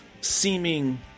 seeming